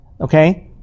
Okay